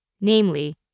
Namely